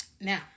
now